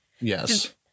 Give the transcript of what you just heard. Yes